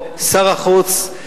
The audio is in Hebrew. איפה שר החוץ?